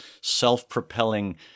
self-propelling